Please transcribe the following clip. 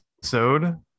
episode